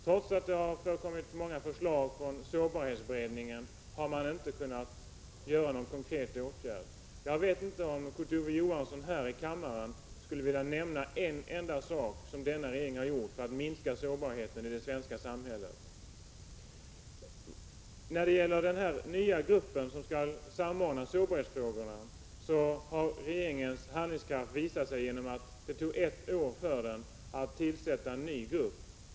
Trots att sårbarhetsberedningen har väckt en lång rad förslag har regeringen inte kunnat vidta någon konkret åtgärd. Jag vet inte om Kurt Ove Johansson skulle vilja nämna en enda åtgärd som denna regering har vidtagit för att minska sårbarheten i det svenska samhället. När det gäller den nya gruppen som skall samordna sårbarhetsfrågor har regeringens handlingskraft visat sig genom att det tog ett år för den att tillsätta en ny grupp.